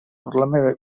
problema